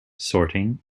sorting